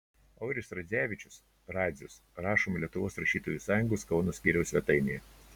auris radzevičius radzius rašoma lietuvos rašytojų sąjungos kauno skyriaus svetainėje